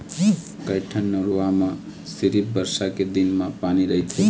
कइठन नरूवा म सिरिफ बरसा के दिन म पानी रहिथे